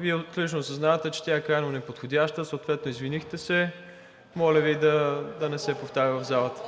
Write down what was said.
Вие отлично осъзнавате, че тя е крайно неподходяща, съответно извинихте се. Моля Ви да не се повтаря в залата.